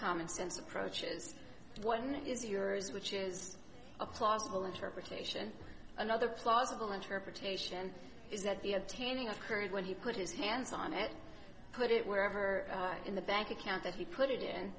commonsense approaches one is yours which is a plausible interpretation another plausible interpretation is that the obtaining occurred when he put his hands on it put it wherever in the bank account that he put it in